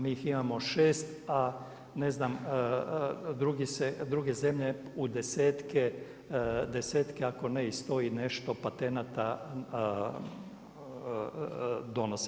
Mi ih imamo 6. a ne znam druge zemlje u desetke ako ne i sto i nešto patenata donose.